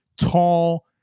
tall